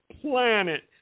planet